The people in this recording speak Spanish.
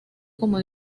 como